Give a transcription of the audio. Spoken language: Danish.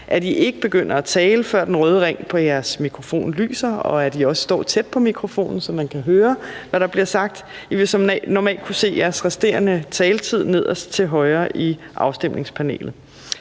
at I ikke begynder at tale, før den røde ring på jeres mikrofon lyser, og at I også står tæt på mikrofonen, så man kan høre, hvad der bliver sagt. I vil som normalt kunne se jeres resterende taletid nederst til højre på afstemningspanelet.